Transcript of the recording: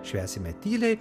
švęsime tyliai